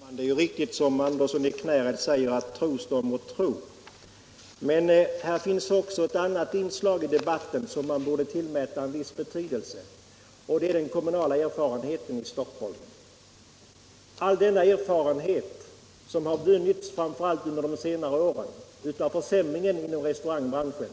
Herr talman! Det är ju riktigt som herr Andersson i Knäred säger att tro står mot tro. Men här finns också ett annat inslag i debatten som borde tillmätas viss betydelse — den kommunala erfarenheten i Stockholm. All den erfarenhet som vunnits framför allt under senare år av försämringen inom restaurangbranschen